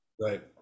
Right